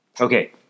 Okay